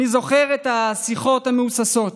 אני זוכר את השיחות המהוססות,